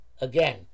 again